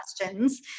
questions